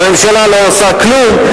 הממשלה לא עושה כלום.